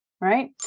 right